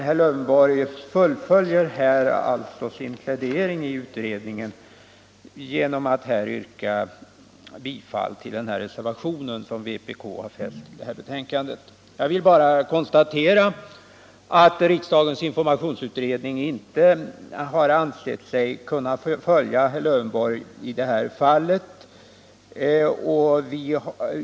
Herr Lövenborg fullföljer sin plädering i utredningen genom att här yrka bifall till den reservation som vpk fogat till detta betänkande. Jag vill bara konstatera att riksdagens informationsutredning inte ansett sig kunna följa herr Lövenborg i det här fallet.